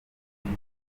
inka